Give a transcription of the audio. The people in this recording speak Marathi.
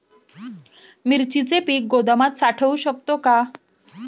मिरचीचे पीक गोदामात साठवू शकतो का?